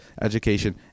education